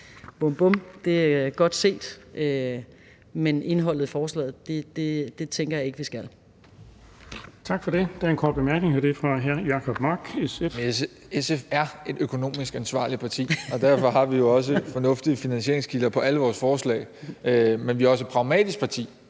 finansieringen, men indholdet i forslaget tænker jeg ikke vi skal.